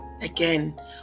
Again